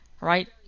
right